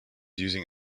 using